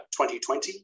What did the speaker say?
2020